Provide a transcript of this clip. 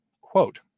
quote